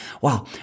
Wow